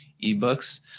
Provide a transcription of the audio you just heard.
eBooks